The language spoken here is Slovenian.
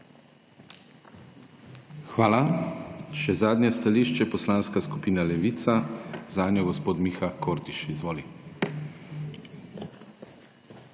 Hvala. Še zadnje stališče, Poslanska skupina Levica, zanjo gospod Miha Kordiš. **MIHA